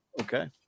Okay